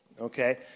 okay